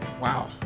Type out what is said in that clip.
Wow